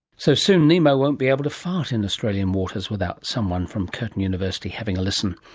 so soon nemo won't be able to fart in australian waters without someone from curtin university having a listen!